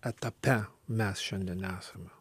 etape mes šiandien esame